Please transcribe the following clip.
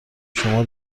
شما